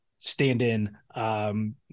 stand-in